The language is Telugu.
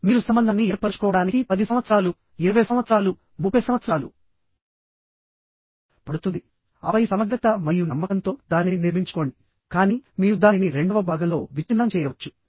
మీరు సంబంధాన్ని ఏర్పరచుకోవడానికి 10 సంవత్సరాలు 20 సంవత్సరాలు 30 సంవత్సరాలు పడుతుంది ఆపై సమగ్రత మరియు నమ్మకంతో దానిని నిర్మించుకోండి కానీ మీరు దానిని రెండవ భాగంలో విచ్ఛిన్నం చేయవచ్చు